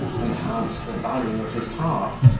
enhance the value of his heart,